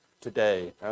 today